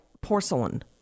porcelain